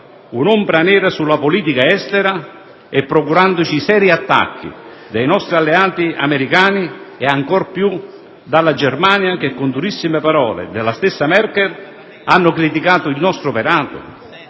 un'ombra nera sulla sua politica estera e procurandole seri attacchi da parte dei suoi alleati americani e, ancor più, della Germania che, con durissime parole della stessa Merkel, ha criticato il suo operato?